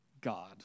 God